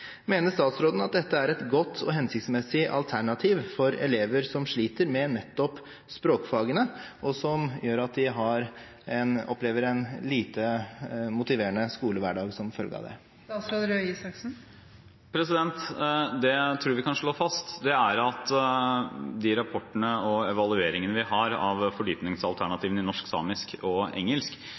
Mener statsråden at dette er et godt og hensiktsmessig alternativ for elever som sliter med nettopp språkfagene, og som opplever en lite motiverende skolehverdag som følge av det? Det jeg tror vi kan slå fast, er at de rapportene og evalueringene vi har av fordypningsalternativene i norsk, samisk og engelsk,